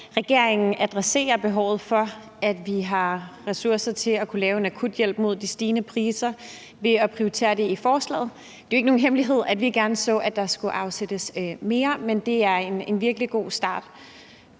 regeringen adresserer behovet for, at vi har ressourcer til at kunne lave en akuthjælp i forbindelse med de stigende priser ved at prioritere det i forslaget. Det er jo ikke nogen hemmelighed, at vi gerne så, at der blev afsat mere, men det er en virkelig god start.